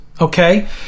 okay